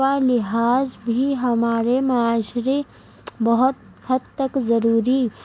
کا لحاظ بھی ہمارے معاشرے بہت حد تک ضروری